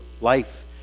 life